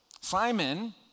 Simon